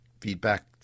feedback